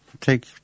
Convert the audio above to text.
take